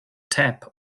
tab